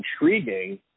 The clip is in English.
intriguing